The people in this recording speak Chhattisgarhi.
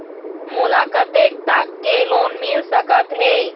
मोला कतेक तक के लोन मिल सकत हे?